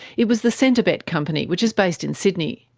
it was the centrebet company, which is based in sydney,